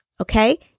okay